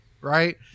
right